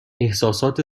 احساسات